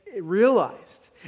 realized